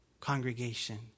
congregation